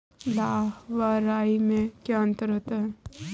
लाह व राई में क्या अंतर है?